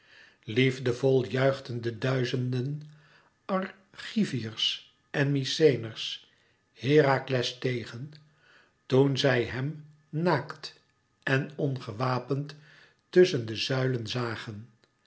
liefdevol juichten de duizenden argiviërs en mykenæërs herakles tegen toen zij hem naakt en ongewapend tusschen de zuilen zagen